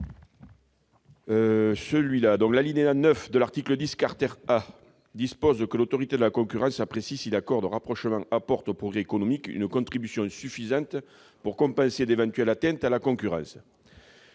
Henri Cabanel. L'alinéa 9 de l'article 10 A dispose que l'Autorité de la concurrence apprécie si l'accord de rapprochement apporte au progrès économique une contribution suffisante pour compenser d'éventuelles atteintes à la concurrence.